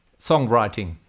songwriting